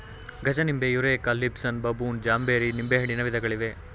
ಗಜನಿಂಬೆ, eureka, Lisbon, baboon, ಜಾಂಬೇರಿ ನಿಂಬೆಹಣ್ಣಿನ ವಿಧಗಳಿವೆ